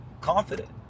confident